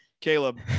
Caleb